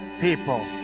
people